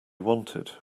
wanted